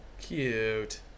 Cute